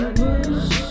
push